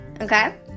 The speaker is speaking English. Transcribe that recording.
Okay